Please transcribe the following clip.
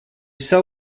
sell